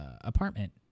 apartment